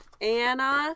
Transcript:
Anna